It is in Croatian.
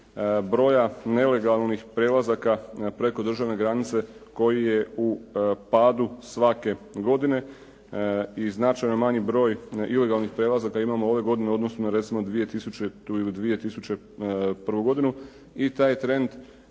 broja nelegalnih prelazaka preko državne granice koji je u padu svake godine i značajno manji broj ilegalnih prelazaka imamo ove godine u odnosu na recimo 2000. ili 2001. godinu i taj trend